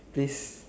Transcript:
please